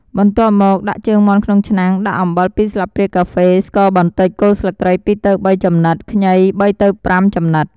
បន្ទាប់មកដាក់ជើងមាន់ក្នុងឆ្នាំង ដាក់អំបិល ២ ស្លាបព្រាកាហ្វេ ស្ករបន្តិច គល់ស្លឹកគ្រៃ ២ទៅ៣ ចំណិត ខ្ញី ៣ទៅ៥ ចំណិត។